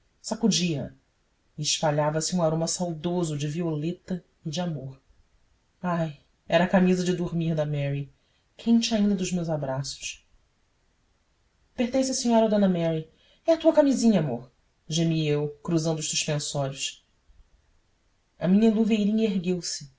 sacudia a e espalhava-se um aroma saudoso de violeta e de amor ai era a camisa de dormir da mary quente ainda dos meus abraços pertence à senhora d mary e a tua camisinha amor gemi eu cruzando os suspensórios a minha luveirinha ergueu-se